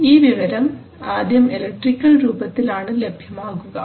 ഈ വിവരം ആദ്യം ഇലക്ട്രിക്കൽ രൂപത്തിൽ ആണ് ലഭ്യമാകുക